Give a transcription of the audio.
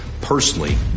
personally